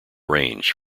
range